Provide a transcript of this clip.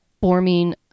forming